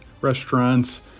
restaurants